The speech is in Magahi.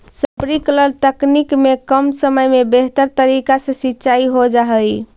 स्प्रिंकलर तकनीक में कम समय में बेहतर तरीका से सींचाई हो जा हइ